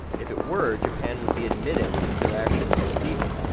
if it were, japan would be admitting that their actions were illegal,